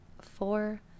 four